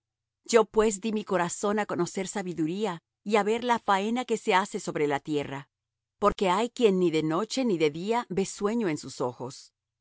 yo pues dí mi corazón á conocer sabiduría y á ver la faena que se hace sobre la tierra porque hay quien ni de noche ni de día ve sueño en su ojos